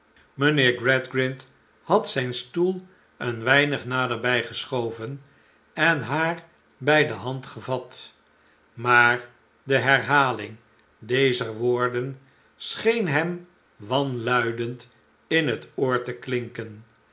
mijnheer gradgrind had zijn stoel een weinig naderbij geschoven en haar bij dehandgevat maar de herhaling dezer woorden scheen hem wanluidend in het oor te klinken